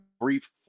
brief